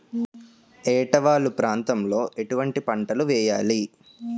ఏటా వాలు ప్రాంతం లో ఎటువంటి పంటలు వేయాలి?